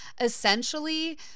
Essentially